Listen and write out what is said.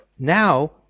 Now